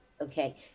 okay